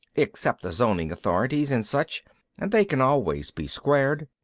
except the zoning authorities and such and they can always be squared.